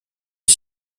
est